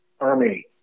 Army